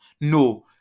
no